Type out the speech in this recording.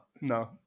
no